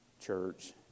church